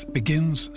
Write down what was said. begins